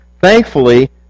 Thankfully